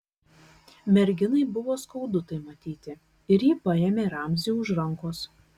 merginai buvo skaudu tai matyti ir ji paėmė ramzį už rankos